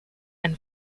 and